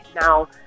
now